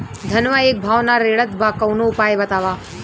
धनवा एक भाव ना रेड़त बा कवनो उपाय बतावा?